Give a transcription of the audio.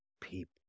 people